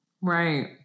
Right